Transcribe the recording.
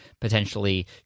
potentially